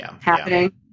happening